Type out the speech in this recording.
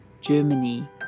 Germany